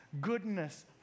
goodness